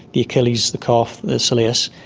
the achilles, the calf, the soleus,